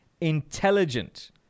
intelligent